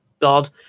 God